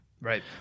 Right